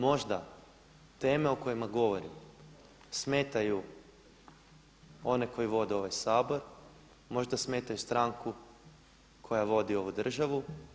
Možda, možda teme o kojima govorim smetaju one koji vode ovaj Sabor, možda smetaju stranku koja vodi ovu državu.